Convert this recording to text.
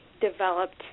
developed